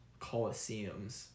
coliseums